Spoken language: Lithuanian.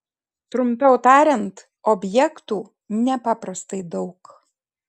trumpiau tariant objektų nepaprastai daug